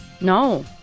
No